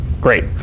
great